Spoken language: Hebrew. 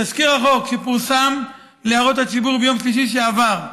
תזכיר החוק פורסם להערות הציבור ביום שלישי שעבר.